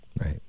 Right